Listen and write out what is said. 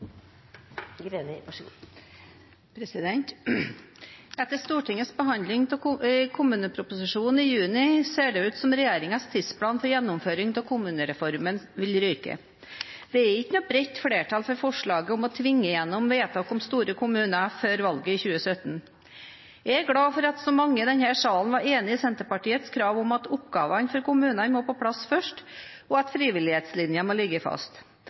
Etter Stortingets behandling av kommuneproposisjonen i juni ser det ut som regjeringens tidsplan for gjennomføring av kommunereformen vil ryke. Det er ikke noe bredt flertall for forslaget om å tvinge gjennom vedtak om store kommuner før valget i 2017. Jeg er glad for at så mange i denne salen var enig i Senterpartiets krav om at oppgavene for kommunene må på plass først, og at frivillighetslinjen må ligge fast.